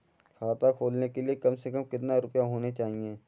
खाता खोलने के लिए कम से कम कितना रूपए होने चाहिए?